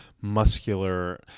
muscular